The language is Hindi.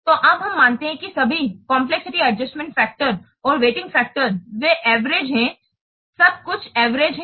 तो अब हम मानते हैं कि सभी कम्प्लेक्सिटी एडजस्टमेंट फैक्टर्स और वेइटिंग फैक्टर वे एवरेज हैं सब कुछ एवरेज है